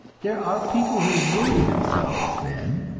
there are people who worry themselves thin,